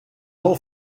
all